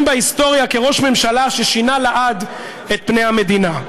בהיסטוריה כראש ממשלה ששינה לעד את פני המדינה.